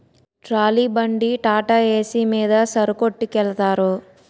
trolley బండి టాటాఏసి మీద సరుకొట్టికెలతారు